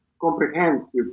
comprehensive